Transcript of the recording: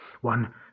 one